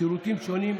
שירותים שונים,